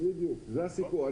בדיוק, זה הסיפור.